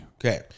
Okay